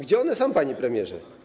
Gdzie one są, panie premierze?